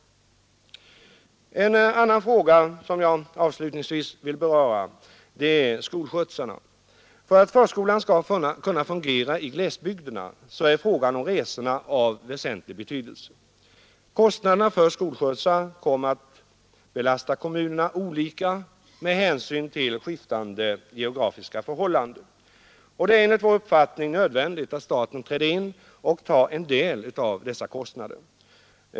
En annan fråga, som jag avslutningsvis vill beröra, gäller skolskjutsarna. För att förskolan skall fungera i glesbygderna är det av väsentlig betydelse att frågan om resorna löses på ett tillfredsställande sätt. Kostnaderna för skolskjutsar kommer att belasta kommunerna olika med hänsyn till skiftande geografiska förhållanden. Det är enligt vår uppfattning nödvändigt att staten träder in och tar en del av kostnaderna.